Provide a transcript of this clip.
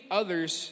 others